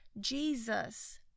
Jesus